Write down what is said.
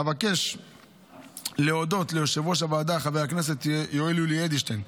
אבקש להודות ליושב-ראש הוועדה חבר הכנסת יואל יולי אדלשטיין,